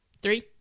Three